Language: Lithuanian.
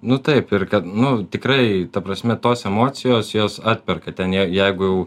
nu taip ir kad nu tikrai ta prasme tos emocijos jos atperka ten ją jeigu jau